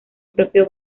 propio